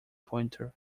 pointer